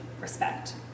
respect